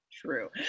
True